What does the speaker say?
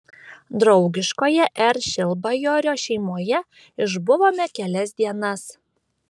draugiškoje r šilbajorio šeimoje išbuvome kelias dienas